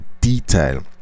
detail